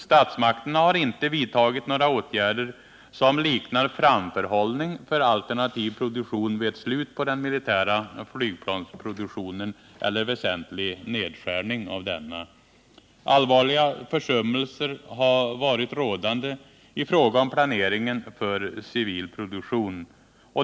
Statsmakterna har inte vidtagit några åtgärder som liknar framförhållning för alternativ produktion vid ett slut på den militära flygplansproduktionen eller väsentlig nedskärning av denna. Allvarliga försummelser har varit rådande i fråga om planeringen för civil produktion.